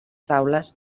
taules